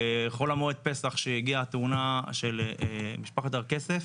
חול המועד, פסח שהגיעה התאונה של משפחת הר כסף,